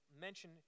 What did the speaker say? mention